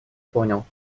понял